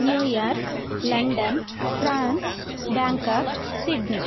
New York London France Bangkok Sydney